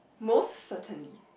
most certainly